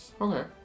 Okay